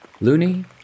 Looney